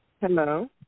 Hello